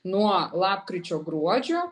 nuo lapkričio gruodžio